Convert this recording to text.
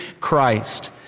Christ